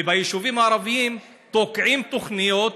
וביישובים הערביים תוקעים תוכניות